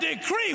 decree